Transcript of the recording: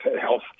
health